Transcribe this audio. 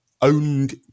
owned